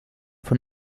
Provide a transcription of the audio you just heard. von